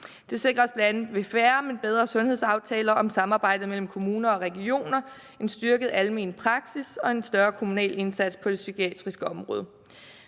Det sikres bl.a. ved færre, men bedre sundhedsaftaler om samarbejde mellem kommuner og regioner, en styrket almen praksis og en større kommunal indsats på det psykiatriske område.